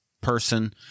person